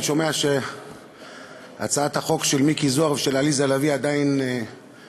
אני שומע שהצעת החוק של מיקי זוהר ושל עליזה לביא עדיין מתמהמהת,